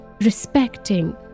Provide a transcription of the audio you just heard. respecting